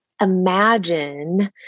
imagine